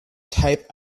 type